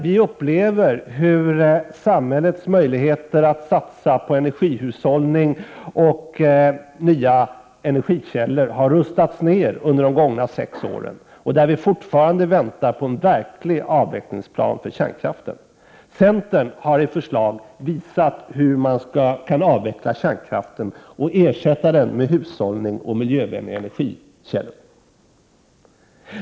Vi upplever där hur samhällets möjligheter att satsa på energihushållning och nya energikällor har rustats ner under de gångna sex åren, och vi väntar fortfarande på en verklig avvecklingsplan för kärnkraften. Centern har i förslag visat hur man kan avveckla kärnkraften och ersätta den med hushållning och miljövänliga energikällor.